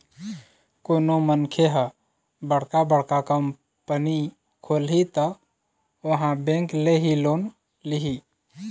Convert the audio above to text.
कोनो मनखे ह बड़का बड़का कंपनी खोलही त ओहा बेंक ले ही लोन लिही